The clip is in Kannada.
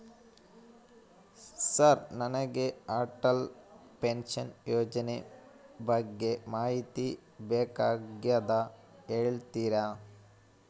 ಸರ್ ನನಗೆ ಅಟಲ್ ಪೆನ್ಶನ್ ಯೋಜನೆ ಬಗ್ಗೆ ಮಾಹಿತಿ ಬೇಕಾಗ್ಯದ ಹೇಳ್ತೇರಾ?